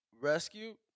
Rescue